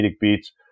beats